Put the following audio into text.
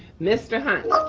mr. hunt,